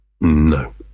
no